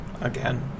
again